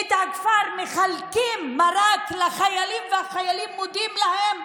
את הכפר הם מחלקים מרק לחיילים והחיילים מודים להם?